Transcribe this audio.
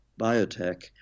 biotech